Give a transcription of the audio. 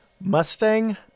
mustang